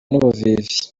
n’ubuvivi